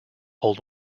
old